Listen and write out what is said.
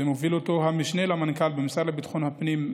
ומוביל אותו המשנה למנכ"ל במשרד לביטחון הפנים.